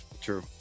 True